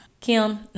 kim